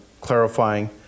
clarifying